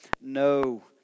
no